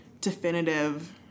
definitive